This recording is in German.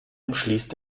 umschließt